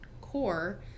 CORE